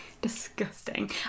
disgusting